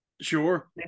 Sure